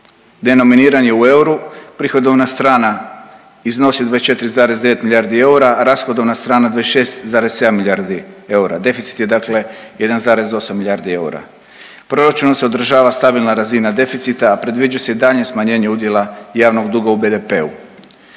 denominiran je u euru prihodovna strana iznosi 24,9 milijardi eura, a rashodovna strana 26,7 milijardi eura, deficit je dakle 1,8 milijardi eura. Proračunom se održava stabilna razina deficita, a predviđa se i daljnje smanjenje udjela javnog duga u BDP-u